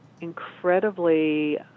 incredibly